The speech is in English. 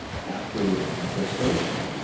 after gestation,